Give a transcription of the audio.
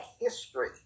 history